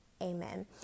Amen